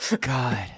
God